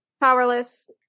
powerless